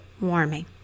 warming